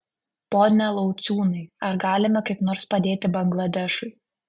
pone lauciūnai ar galime kaip nors padėti bangladešui